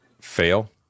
Fail